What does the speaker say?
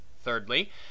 Thirdly